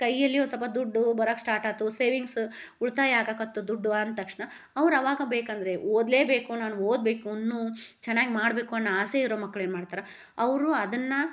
ಕೈಯಲ್ಲಿ ಒಂದು ಸ್ವಲ್ಪ ದುಡ್ಡು ಬರಕ್ಕೆ ಸ್ಟಾಟಾಯ್ತು ಸೇವಿಂಗ್ಸ್ ಉಳಿತಾಯ ಆಗಕ್ಕಾಯ್ತು ದುಡ್ಡು ಅಂದ ತಕ್ಷಣ ಅವ್ರು ಅವಾಗ ಬೇಕಂದರೆ ಓದಲೇ ಬೇಕು ನಾನು ಓದಬೇಕು ಇನ್ನೂ ಚೆನ್ನಾಗಿ ಮಾಡಬೇಕು ಅನ್ನೊ ಆಸೆ ಇರೊ ಮಕ್ಳು ಏನು ಮಾಡ್ತಾರೆ ಅವರು ಅದನ್ನು